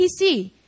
PC